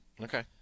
Okay